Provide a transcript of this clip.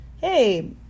hey